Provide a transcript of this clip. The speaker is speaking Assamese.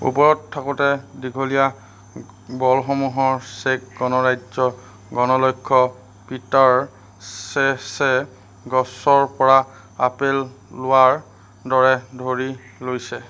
ওপৰত থাকোঁতে দীঘলীয়া বলসমূহৰ চেক গণৰাজ্যৰ গণৰক্ষক পিটাৰ চেছে গছৰপৰা আপেল লোৱাৰ দৰে ধৰি লৈছৈ